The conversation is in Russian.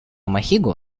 махигу